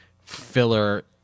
filler